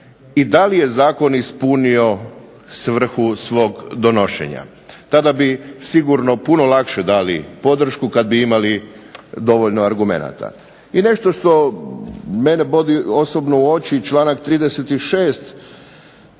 i da li je zakon ispunio svrhu svog donošenja. Tada bi sigurno puno lakše dali podršku kad bi imali dovoljno argumenata. I nešto što mene bode osobno u oči članak 36.